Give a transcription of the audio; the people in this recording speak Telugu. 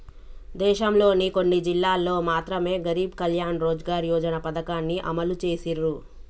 దేశంలోని కొన్ని జిల్లాల్లో మాత్రమె గరీబ్ కళ్యాణ్ రోజ్గార్ యోజన పథకాన్ని అమలు చేసిర్రు